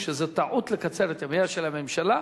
שזו טעות לקצר את ימיה של הממשלה,